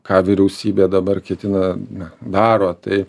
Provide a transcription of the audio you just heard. ką vyriausybė dabar ketina daro tai